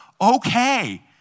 okay